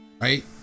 right